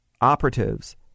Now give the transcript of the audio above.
operatives